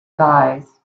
guys